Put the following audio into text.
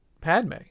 Padme